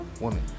Woman